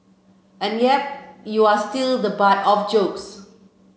and yep you are still the butt of jokes